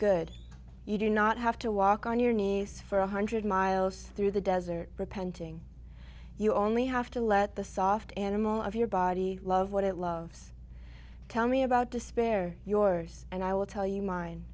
good you do not have to walk on your knees for a hundred miles through the desert repenting you only have to let the soft animal of your body love what it loves tell me about despair yours and i will tell you mine